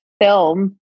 film